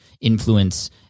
influence